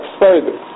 further